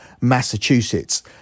Massachusetts